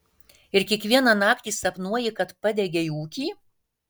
ir kiekvieną naktį sapnuoji kad padegei ūkį